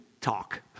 talk